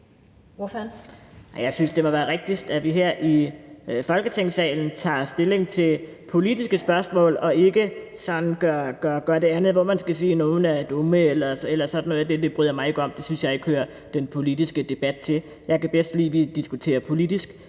Jeg synes, det må være det mest rigtige, at vi her i Folketingssalen tager stilling til politiske spørgsmål og ikke gør det andet med, at man sådan skal sige, at nogle er dumme eller sådan noget. Det bryder jeg mig ikke om. Det synes jeg ikke hører den politiske debat til. Jeg kan bedst lide, at vi diskuterer det politiske